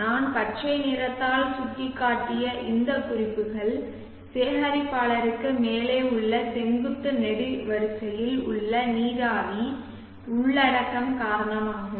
நான் பச்சை நிறத்தால் சுட்டிக்காட்டிய இந்த குறிப்புகள் சேகரிப்பாளருக்கு மேலே உள்ள செங்குத்து நெடுவரிசையில் உள்ள நீராவி உள்ளடக்கம் காரணமாகும்